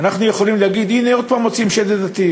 אנחנו יכולים להגיד: הנה עוד הפעם מוציאים שד עדתי,